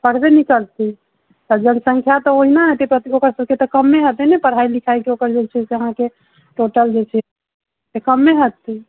पढ़बे नहि करतै तऽ जनसङ्ख्या तऽ ओहिना हेतै तऽ ओकर सभके तऽ कमे हेतै पढ़ाइ लिखाइ के ओकर जे छै से अहाँके टोटल जे छै से कमे हेतै